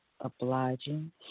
obliging